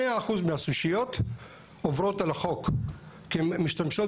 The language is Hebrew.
100% מהסושיות עוברות על החוק כי הן משתמשות